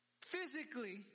physically